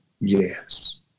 Yes